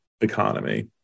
economy